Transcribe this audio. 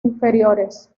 inferiores